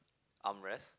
arm rest